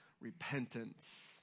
repentance